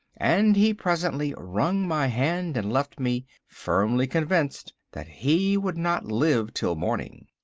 and he presently wrung my hand and left me, firmly convinced that he would not live till morning.